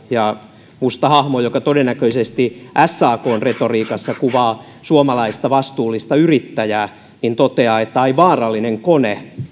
ja musta hahmo joka todennäköisesti sakn retoriikassa kuvaa suomalaista vastuullista yrittäjää toteaa ai vaarallinen kone